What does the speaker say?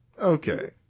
Okay